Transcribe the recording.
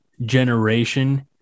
generation